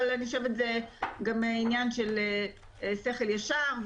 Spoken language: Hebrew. אבל זה גם עניין של שכל ישר.